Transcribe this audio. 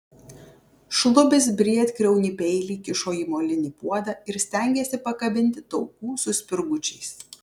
šlubis briedkriaunį peilį kišo į molinį puodą ir stengėsi pakabinti taukų su spirgučiais